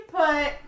put